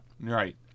right